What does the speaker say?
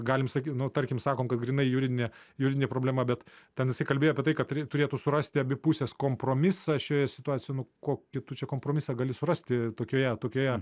galim sakyt nu tarkim sakom kad grynai juridinė juridinė problema bet ten jisai kalbėjo apie tai kad turėtų surasti abi pusės kompromisą šioje situacijoje nu kokį tu čia kompromisą gali surasti tokioje tokioje